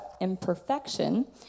Imperfection